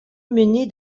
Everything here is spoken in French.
muni